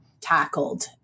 tackled